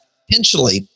Potentially